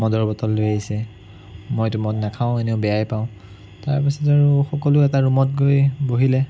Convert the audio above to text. মদৰ বটল লৈ আহিছে মইতো মদ নাখাওঁ এনেও বেয়াই পাওঁ তাৰপিছত আৰু সকলোৱে এটা ৰুমত গৈ বহিলে